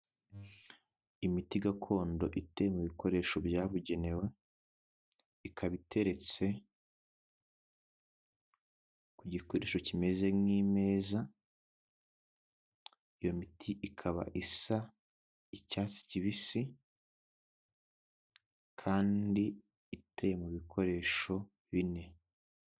Imiti gakondo iteye mu bikoresho byabugenewe ikaba iteretse ku gikoresho kimeze nk'imeza iyo miti ikaba isa icyatsi kibisi kandi iteye mu bikoresho bine.